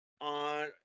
on